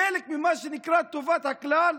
חלק ממה שנקרא טובת הכלל,